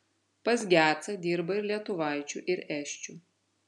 pas gecą dirba ir lietuvaičių ir esčių